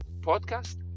podcast